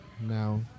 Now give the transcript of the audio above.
now